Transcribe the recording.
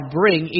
bring